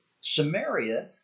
Samaria